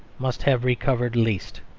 must have recovered least.